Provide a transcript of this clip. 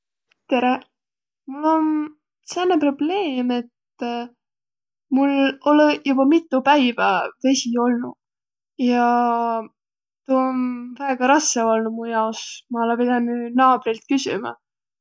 Tereq! Mul om sääne probleem, et mul olõ-iq joba mitu päivä vesi olnuq. Ja tuu om väega rassõ olnuq mu jaos. Ma olõ pidänüq naabrilt küsümä.